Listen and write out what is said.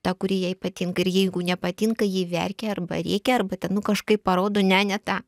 ta kuri jai patinka ir jeigu nepatinka ji verkia arba rėkia arba ten nu kažkaip parodo ne ne tą